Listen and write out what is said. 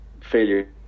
failure